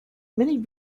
many